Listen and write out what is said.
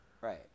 Right